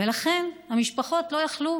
ולכן המשפחות לא יכלו